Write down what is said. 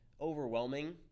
overwhelming